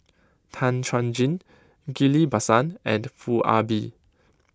Tan Chuan Jin Ghillie Basan and Foo Ah Bee